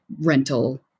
rental